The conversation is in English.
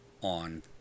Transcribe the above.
on